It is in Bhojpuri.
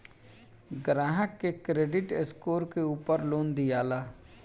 ग्राहक के क्रेडिट स्कोर के उपर लोन दियाला